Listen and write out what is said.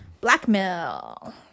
blackmail